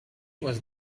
was